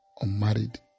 unmarried